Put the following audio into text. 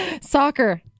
soccer